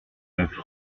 neuf